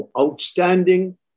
outstanding